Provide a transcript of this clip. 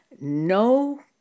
No